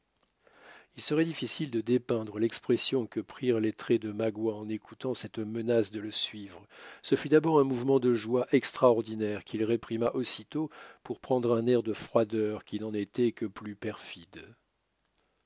il serait difficile de dépeindre l'expression que prirent les traits de magua en écoutant cette menace de le suivre ce fut d'abord un mouvement de joie extraordinaire qu'il réprima aussitôt pour prendre un air de froideur qui n'en était que plus perfide